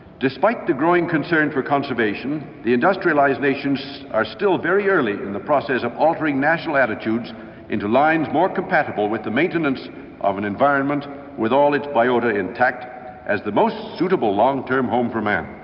despite the growing concern for conservation, the industrialised nations are still very early in the process of altering national attitudes into lines more compatible with the maintenance of an environment with all its biota intact as the most suitable long-term home for man.